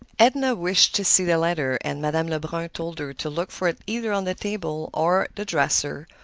edna wished to see the letter, and madame lebrun told her to look for it either on the table or the dresser,